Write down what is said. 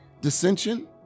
dissension